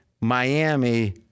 Miami